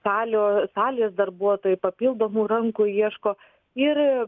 salių salės darbuotojai papildomų rankų ieško ir